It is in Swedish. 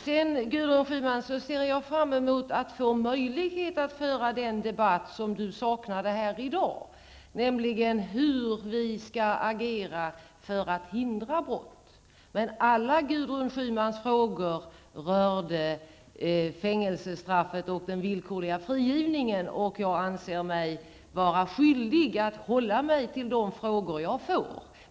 säga till Gudrun Schyman att jag ser fram mot att få möjlighet att föra den debatt som hon saknade här i dag, nämligen om hur vi skall agera för att hindra brott. Alla Gudrun Schymans frågor rörde fängelsestraffet och den villkorliga frigivningen, och jag anser mig vara skyldig att hålla mig till de frågor jag har fått.